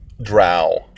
drow